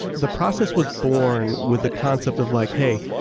the process was born with the concept of like hey,